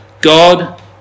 God